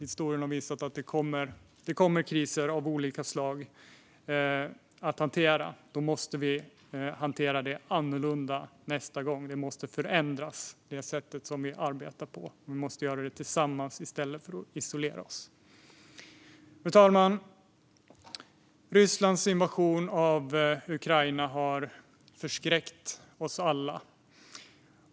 När kriser av olika slag kommer måste vi hantera dem annorlunda nästa gång. Det sätt som vi arbetar på måste förändras. Vi måste göra det tillsammans i stället för att isolera oss. Fru talman! Rysslands invasion av Ukraina har förskräckt oss alla.